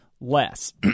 less